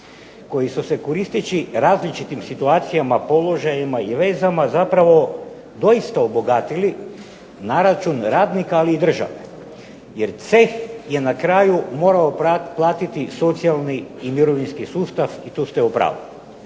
koji su se koristeći različitim situacijama, položajima i vezama zapravo doista obogatili na račun radnik ali i države, jer ceh je na kraju morao platiti socijalni i mirovinski sustav i tu ste u pravu.